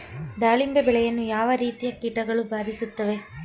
ದಾಳಿಂಬೆ ಬೆಳೆಯನ್ನು ಯಾವ ರೀತಿಯ ಕೀಟಗಳು ಬಾಧಿಸುತ್ತಿವೆ?